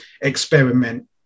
experiment